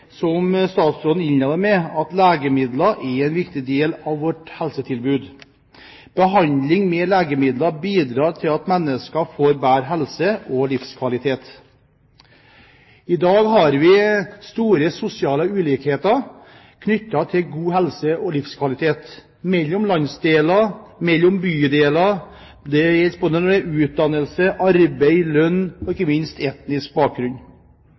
del av vårt helsetilbud. Behandling med legemidler bidrar til at mennesker får bedre helse og livskvalitet. I dag har vi store sosiale ulikheter knyttet til god helse og livskvalitet, mellom landsdeler, mellom bydeler – det gjelder både utdannelse, arbeid, lønn og ikke minst etnisk bakgrunn.